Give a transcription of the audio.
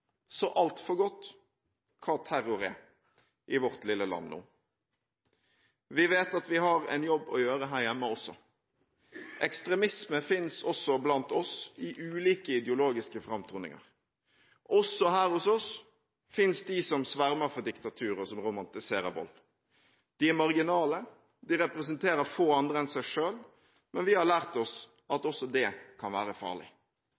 så altfor godt hva terror er, i vårt lille land. Vi vet at vi har en jobb å gjøre her hjemme også. Ekstremisme finnes blant oss i ulike ideologiske framtoninger. Også her hos oss finnes de som svermer for diktaturer, og som romantiserer vold. De er marginale, de representerer få andre enn seg selv, men vi har lært oss at også det kan være farlig.